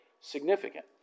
significant